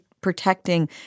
protecting